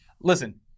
listen